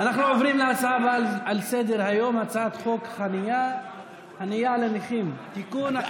אנחנו עוברים להצעה הבאה על סדר-היום: הצעת חוק חניה לנכים (תיקון,